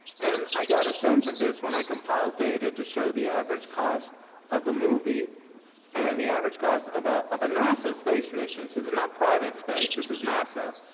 and i got a sense of this when i compiled data to show the average cost of a movie and the average cost of a of a nasa space mission, so this is not private space. this is nasa,